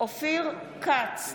אופיר כץ,